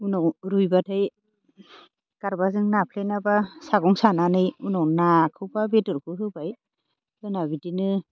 उनाव रुइबाथाय गारबाजों नाफ्लेनाबा सागं सानानै उनाव नाखौबा बेदरखौ होबाय होना बिदिनो